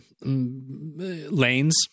Lanes